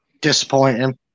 Disappointing